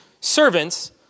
servants